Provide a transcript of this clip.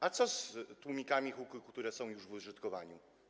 A co z tłumikami huku, które są już w użytkowaniu?